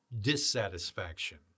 dissatisfaction